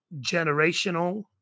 generational